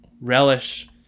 relish